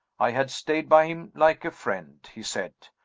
i had stayed by him like a friend, he said,